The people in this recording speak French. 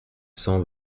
cent